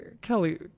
Kelly